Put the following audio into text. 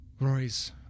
Rory's